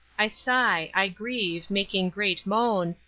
i sigh, i grieve, making great moan,